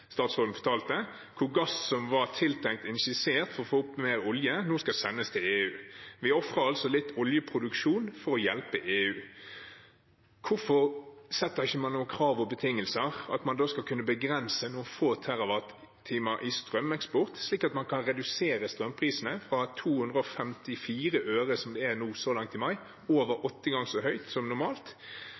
var tiltenkt injisert for å få opp mer olje, nå skal sendes til EU. Vi ofrer altså litt oljeproduksjon for å hjelpe EU. Hvorfor setter man ikke noen krav og betingelser, at man da skal kunne begrense noen få terrawattimer i strømeksport, slik at man kan redusere strømprisene fra 254 øre, som det er nå, så langt i mai, som er over åtte ganger så høyt som normalt.